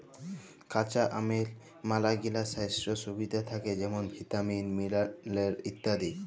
কাঁচা আমের ম্যালাগিলা স্বাইস্থ্য সুবিধা থ্যাকে যেমল ভিটামিল, মিলারেল ইত্যাদি